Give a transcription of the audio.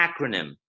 acronym